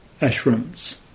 ashrams